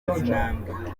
intambwe